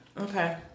Okay